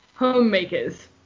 homemakers